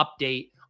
update